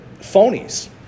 phonies